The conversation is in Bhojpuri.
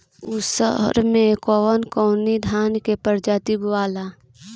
उसर मै कवन कवनि धान के प्रजाति बोआला?